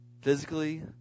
Physically